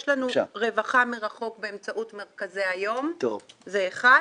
יש לנו רווחה מרחוק באמצעות מרכזי היום, זה אחת,